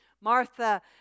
Martha